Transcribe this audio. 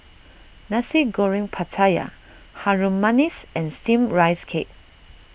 Nasi Goreng Pattaya Harum Manis and Steamed Rice Cake